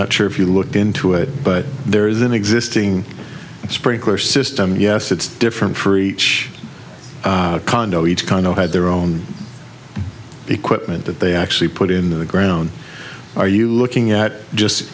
not sure if you look into it but there is an existing sprinkler system yes it's different for each condo each kind o had their own equipment that they actually put in the ground are you looking at just